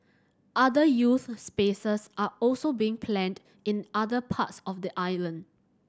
other youth spaces are also being planned in other parts of the island